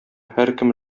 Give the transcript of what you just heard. һәркем